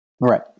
Right